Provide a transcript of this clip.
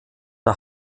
der